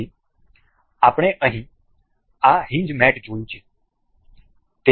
તેથી આપણે અહીં આ હિંજ મેટ જોયું છે